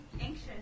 Anxious